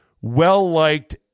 well-liked